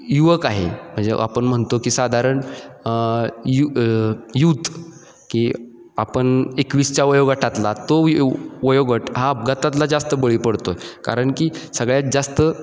युवक आहे जेव्हा आपण म्हणतो की साधारण यू यूथ की आपण एकवीसच्या वयोगटातला तो वयोगट हा अपघातातला जास्त बळी पडतो आहे कारण की सगळ्यात जास्त